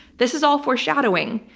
this is all foreshadowing,